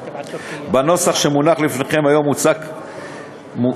בנוסח שמונח לפניכם היום מוצע לקבוע,